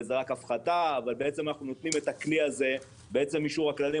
וזה רק הפחתה אבל בעצם אנחנו נותנים את הכלי הזה בעצם אישור הכללים,